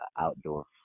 outdoor